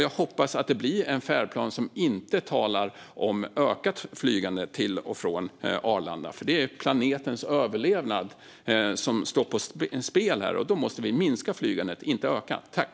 Jag hoppas att det blir en färdplan som inte talar om ökat flygande till och från Arlanda. Det är planetens överlevnad som står på spel här, och då måste vi minska flygandet, inte öka det.